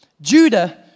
Judah